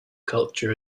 culture